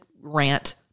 rant